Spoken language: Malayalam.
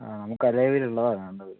ആ നമുക്ക് അതേ രീതിയിൽ ഉള്ളതാണ് വേണ്ടത്